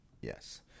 yes